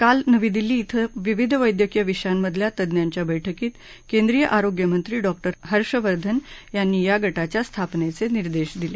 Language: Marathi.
काल नवी दिल्ली के विविध वैद्यकीय विषयांमधल्या तज्ञांच्या बैठकीत केंद्रीय आरोग्य मंत्री डॉक्टर हर्षवर्धन यांनी या गटाच्या स्थापनेचे निर्देश दिले